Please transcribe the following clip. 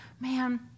Man